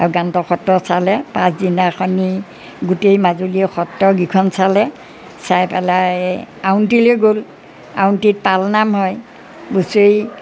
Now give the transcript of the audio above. আৰু গান্ত সত্ৰ চালে পাছদিনাখনি গোটেই মাজুলীৰে সত্ৰকেইখন চালে চাই পেলাই আউনী আটীলৈ গ'ল আউনী আটীত পালনাম হয় বছৰি